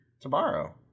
Tomorrow